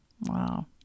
Wow